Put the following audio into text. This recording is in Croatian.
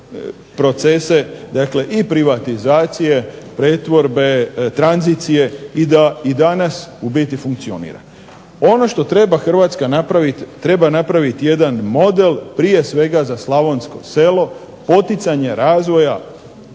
procese, dakle i privatizacije, pretvorbe, tranzicije i da i danas u biti funkcionira. Ono što treba Hrvatska napraviti, treba napraviti jedan model prije svega za slavonsko selo, poticanje razvoja